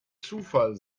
zufall